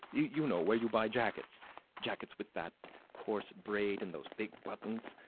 you know, where you buy jackets jackets with that coarse braid and those big buttons.